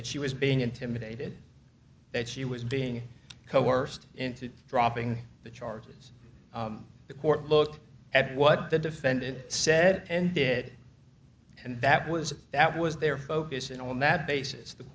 that she was being intimidated that she was being coerced into dropping the charges the court look at what the defendant said and did and that was that was their focus in on that basis the